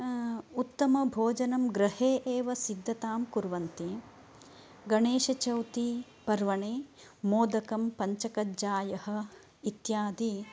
उत्तमभोजनं गृहे एव सिद्धतां कुर्वन्ति गणेशचौथी पर्वणे मोदकं पञ्चकञ्जायः इत्यादि